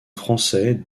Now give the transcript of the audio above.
français